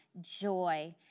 joy